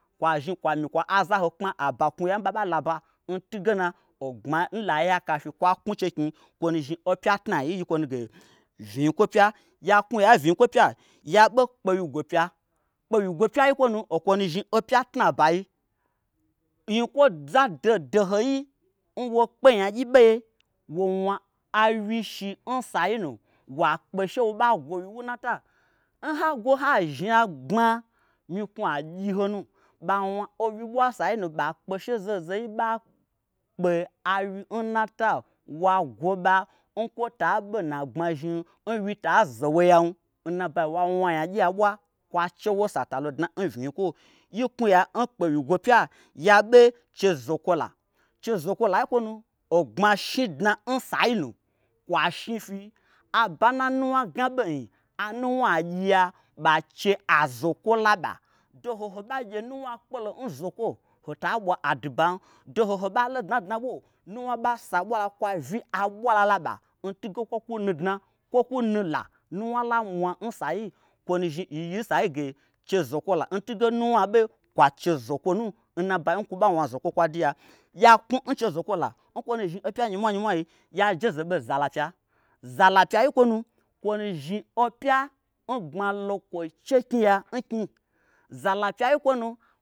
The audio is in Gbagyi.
Kwa zhni kwami kwa azaho kpma aba knwuya n ɓa'ɓa laɓa n tunge na ogbma n la yakafyi kwa knwuche knyi okwo nu zhni opya tnai yi n yi'yi kwo nuge vnyikwo pya. ya knwuya n vnyikwo pya yaɓe kpewyigwo pya. Kpewyigwo pya yi n kwonu okwonu zhni opya tnaba yi nyikwoza dohodohoi n wokpe nyagyi ɓeye wo wna awyi shi n sayi nu wakpe shewo ɓa gwo awyi wu nnata n ha gwo ha zhnagbma myiknwua gyihonu, ɓawna owyi ɓwa n sayinu ɓa kpe shebakpe owyi nnataw wa gwoɓa n kwota ɓe nna gbmazhnim n wyita zowo yam n nabai wa wna nyanyiabwa kwa chewosa talo dna n vnyiikwo yi knwuya n kpewyigwopya yaɓe chezokwola chezokwolai nkwonu ogbma shnyindna n sayi nu kwa shnyi fyi aba nna nuwna gna bei nyi anuwna agyia ɓa che azokwolaɓa doho ho bagye nuwnakpelo n zokwo hota ɓwa adubam doho ho ɓa lodna n dnaɓo nuwna ɓasa ɓwala kwavyi aɓwala laɓa ntunge kwokwu nu dna kwo kwu nula nuwna la mwa nsai chenu zhni yiyi nsai ge chezokwola ntunge nuwna ɓe kwache zokwo nu nna ɓai nkwoɓa ɓwa zokwo kwa duya. yaknwu n chezokwola n kwonu zhni opya nyimwanyimwayi ya jezelo zala pya zala pya yi nkwo nu’nkwonu zhni opya n gbma lo kwoi cheknyi ya nknyi zala pyai nkwonu